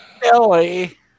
Billy